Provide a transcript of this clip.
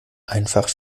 einfach